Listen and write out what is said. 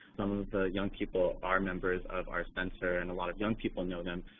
some of the young people are members of our center and a lot of young people know them.